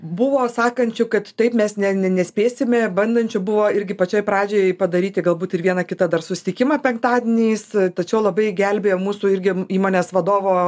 buvo sakančių kad taip mes ne ne nespėsime bandančių buvo irgi pačioj pradžioj padaryti galbūt ir vieną kitą dar susitikimą penktadieniais tačiau labai gelbėjo mūsų irgi įmonės vadovo